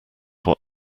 what